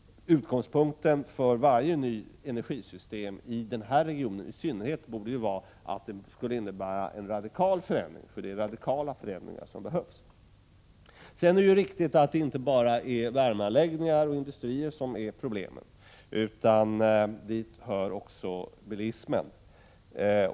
Utgångspunkten för varje nytt energisystem, i synnerhet i denna region, borde vara att det skulle innebära en radikal förändring — det är radikala förändringar som behövs. Det är riktigt att det inte bara är värmeanläggningar och industrier som förorsakar problemen, utan det är också bilismen.